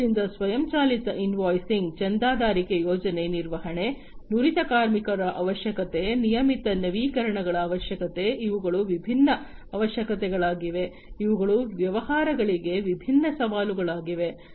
ಆದ್ದರಿಂದ ಸ್ವಯಂಚಾಲಿತ ಇನ್ವಾಯ್ಸಿಂಗ್ ಚಂದಾದಾರಿಕೆ ಯೋಜನೆ ನಿರ್ವಹಣೆ ನುರಿತ ಕಾರ್ಮಿಕರ ಅವಶ್ಯಕತೆ ನಿಯಮಿತ ನವೀಕರಣಗಳ ಅವಶ್ಯಕತೆ ಇವುಗಳು ವಿಭಿನ್ನ ಅವಶ್ಯಕತೆಗಳಾಗಿವೆ ಅವುಗಳು ವ್ಯವಹಾರಗಳಿಗೆ ವಿಭಿನ್ನ ಸವಾಲುಗಳಾಗಿವೆ